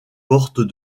porte